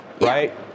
right